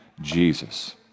Jesus